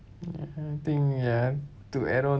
ya I think ya to add on